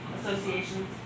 Associations